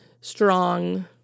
strong